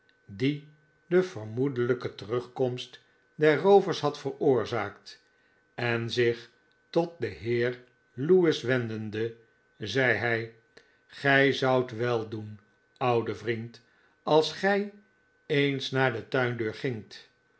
dien de vermoedelijke terugkomst der roovers had veroorzaakt en zich tot den heer lewis wendende zeide hij gij zoudt wel doen oude vriend als gij eens naar de tuindeur gingt